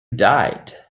died